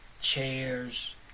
chairs